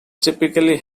typically